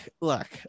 look